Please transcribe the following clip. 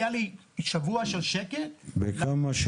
מה גודל השטח?